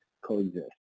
coexist